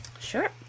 Sure